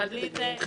נדחה, אל תדאגי.